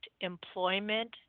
employment